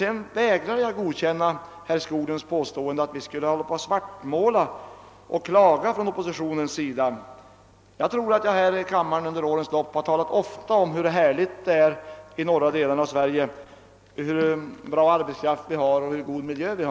Jag vägrar också att acceptera herr Skoglunds påstående att oppositionen svartmålar. Under årens lopp har jag här i kammaren ofta talat om hur härligt det är i de norra delarna av Sverige, hur bra arbetskraft vi har och hur fin miljön är.